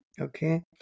okay